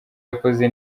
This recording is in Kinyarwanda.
yakoze